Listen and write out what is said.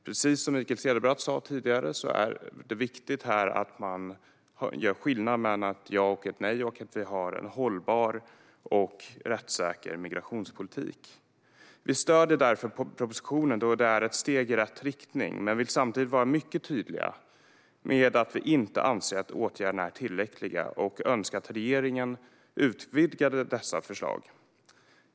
Precis som Mikael Cederbratt sa tidigare är det viktigt att man gör skillnad mellan ett ja och ett nej och att vi har en hållbar och rättssäker migrationspolitik. Vi stöder därför propositionen, som innebär ett steg i rätt riktning, men vill samtidigt vara mycket tydliga med att vi inte anser att åtgärderna är tillräckliga utan önskar att regeringen utvidgade dessa förslag.